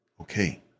Okay